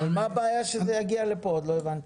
אבל מה הבעיה שזה יגיע לפה, עוד לא הבנתי.